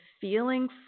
feeling